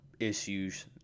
issues